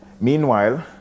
Meanwhile